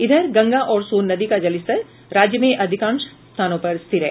इधर गंगा और सोन नदी का जलस्तर राज्य में अधिकांश स्थानों पर स्थिर है